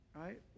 Right